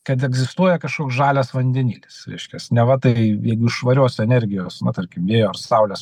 kad egzistuoja kažkoks žalias vandenilis reiškias neva tai jeigu švarios energijos na tarkim vėjo saulės